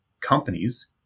companies